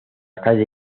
calle